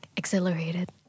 accelerated